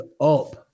up